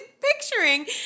picturing